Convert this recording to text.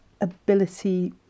ability